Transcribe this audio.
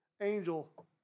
Angel